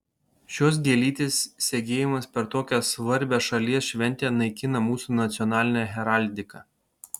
šios gėlytės segėjimas per tokią svarbią šalies šventę naikina mūsų nacionalinę heraldiką